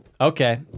Okay